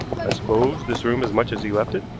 i suppose this room is much as he left it,